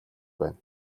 байна